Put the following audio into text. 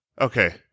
Okay